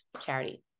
charity